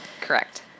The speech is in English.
Correct